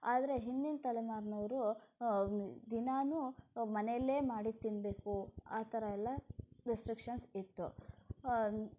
ಆದರೆ ಹಿಂದಿನ ತಲೆಮಾರಿನವರು ದಿನಾಲೂ ಮನೆಯಲ್ಲೇ ಮಾಡಿ ತಿನ್ನಬೇಕು ಆ ಥರ ಎಲ್ಲ ರಿಸ್ಟ್ರಿಕ್ಷನ್ಸ್ ಇತ್ತು